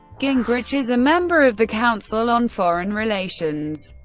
gingrich is a member of the council on foreign relations.